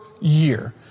year